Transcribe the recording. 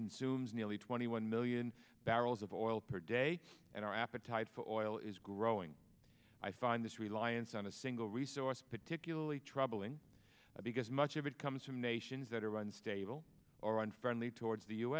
consumes nearly twenty one million barrels of oil per day and our appetite for oil is growing i find this reliance on a single resource particularly troubling because much of it comes from nations that are run stable or on friendly towards the u